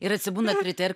ir atsibundat ryte ir